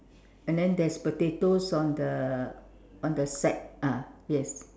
and then there's potatoes on the on the sack ah yes